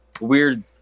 weird